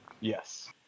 Yes